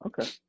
okay